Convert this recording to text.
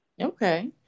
Okay